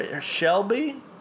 Shelby